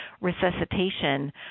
resuscitation